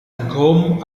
gomme